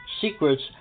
secrets